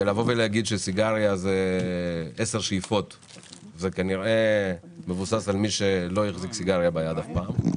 מי שאומר שסיגריה זה 10 שאיפות כנראה לא החזיק סיגריה ביד אף פעם.